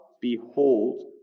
Behold